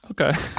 Okay